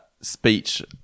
speech